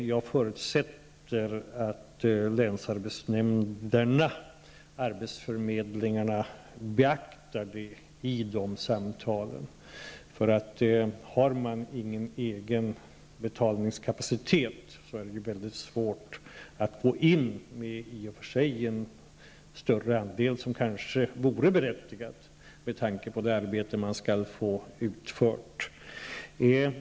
Jag förutsätter att länsarbetsnämnderna och arbetsförmedlingarna beaktar det i samtalen. Har man ingen egen betalningskapacitet, är det mycket svårt att gå in med en större andel, som kanske i och för sig vore berättigad med tanke på det arbete som man skall få utfört.